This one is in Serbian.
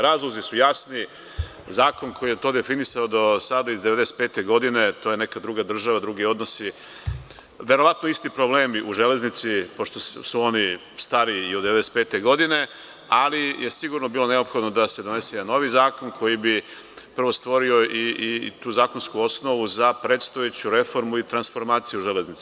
Razlozi su jasni, zakon koji je to definisao do sada iz 1995. godine, to je neka druga država, drugi odnosi, verovatno isti problemi u železnici, pošto su oni stariji i od 1995. godine, ali je sigurno bilo neophodno da se donese jedan novi zakon koji bi prvo stvorio tu zakonsku osnovu za predstojeću reformu i transformaciju železnice.